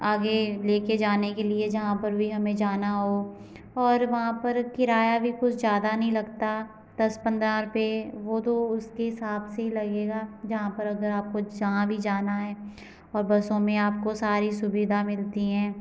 आगे लेकर जाने के लिए जहाँ पर भी हमें जाना हो और वहाँ पर किराया भी कुछ ज़्यादा नहीं लगता दस पंद्रह रुपये वह तो उसके हिसाब से लगेगा जहाँ पर अगर आपको जहाँ भी जाना है और बसों में आपको सारी सुविधा मिलती हैं